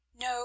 no